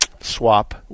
swap